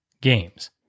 games